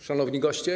Szanowni Goście!